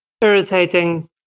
irritating